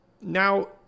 now